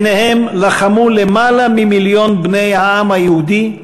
ביניהם לחמו למעלה ממיליון בני העם היהודי,